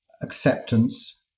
acceptance